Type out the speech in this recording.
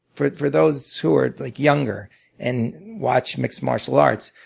for for those who are like younger and watch mixed martial arts,